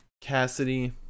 Cassidy